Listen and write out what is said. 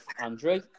Andrew